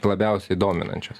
labiausiai dominančios